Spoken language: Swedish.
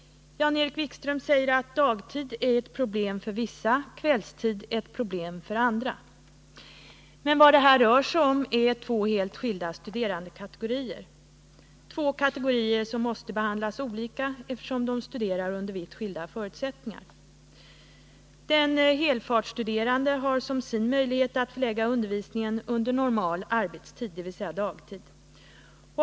Jan-Erik Wikström säger att studier på dagtid är ett problem för vissa studerande, medan studier på kvällstid är ett problem för andra Om studiesituastuderande. Men vad det här rör sig om är två helt skilda studerandekatetionen för heltidsgorier, två kategorier som måste behandlas olika eftersom de studerar under vitt skilda förutsättningar. universiteten Den helfartsstuderande kategorin har som sin möjlighet att förlägga deltagandet i undervisningen till normal arbetstid, dvs. dagtid.